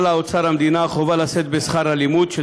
חלה על אוצר המדינה חובה לשאת בשכר הלימוד של